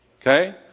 Okay